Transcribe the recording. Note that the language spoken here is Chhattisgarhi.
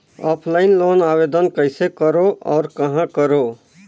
ऑफलाइन लोन आवेदन कइसे करो और कहाँ करो?